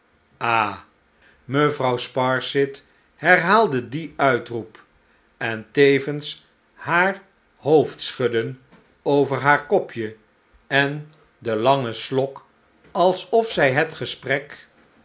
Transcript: ah h mevrouw sparsit herhaalde dien uitroep en tevens haar hoofdschudden over haar kopje en den langen slok alsof zij het gesprek